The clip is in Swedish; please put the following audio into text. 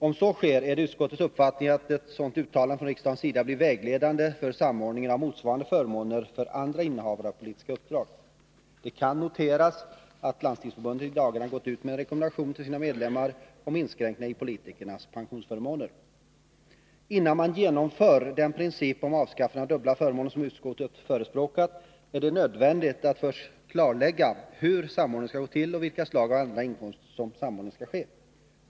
Om så sker är det utskottets uppfattning att ett sådant uttalande från riksdagens sida blir vägledande för samordningen av motsvarande förmåner för andra innehavare av politiska uppdrag. Det kan noteras att Landstingsförbundet i dagarna har gått ut med en rekommendation till sina medlemmar om inskränkningar i politikernas pensionsförmåner. Innan man genomför den princip om avskaffandet av dubbla förmåner som utskottet förespråkat är det nödvändigt att först klarlägga hur samordningen skall gå till och med vilka slag av andra inkomster som samordningen skall ske.